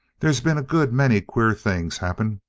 they's been a good many queer things happen.